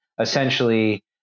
essentially